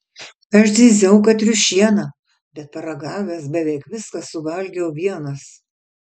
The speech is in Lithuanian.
aš zyziau kad triušiena bet paragavęs beveik viską suvalgiau vienas